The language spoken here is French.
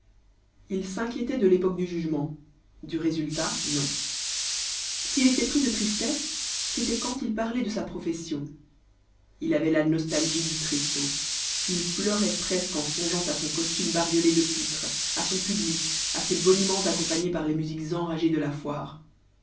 il s'inquiétait de l'époque du jugement du résultat non s'il était pris de tristesses c'était quand il parlait de sa profession il avait la nostalgie du tréteau il pleurait presque en songeant à son costume bariolé de pitre à son public à ses boniments accompagnés par les musiques enragées de la foire